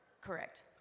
Correct